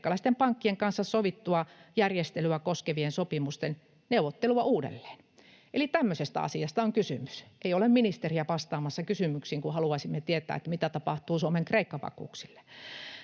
kreikkalaisten pankkien kanssa sovittua järjestelyä koskevien sopimusten neuvottelua uudelleen. Eli tämmöisestä asiasta on kysymys. Ei ole ministeriä vastaamassa kysymyksiin, kun haluaisimme tietää, mitä tapahtuu Suomen Kreikka-vakuuksille.